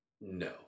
No